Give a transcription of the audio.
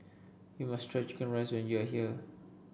you must try chicken rice when you are here